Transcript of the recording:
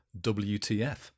wtf